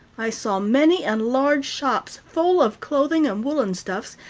i saw many and large shops full of clothing and woolen stuffs,